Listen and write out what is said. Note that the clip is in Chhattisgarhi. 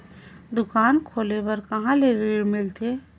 दुकान खोले बार कहा ले ऋण मिलथे?